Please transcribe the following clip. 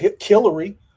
Hillary